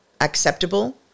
acceptable